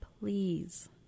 please